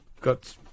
got